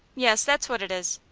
yes, that's what it is.